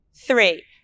Three